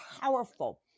powerful